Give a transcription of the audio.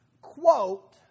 quote